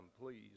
please